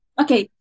okay